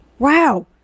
Wow